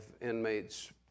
inmates